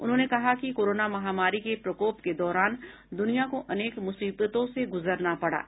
उन्होंने कहा कि कोरोना महामारी के प्रकोप के दौरान दुनिया को अनेक मुसीबतों से गुजरना पड़ा